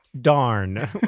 Darn